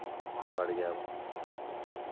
ᱵᱟᱨᱭᱟ